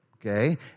okay